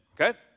okay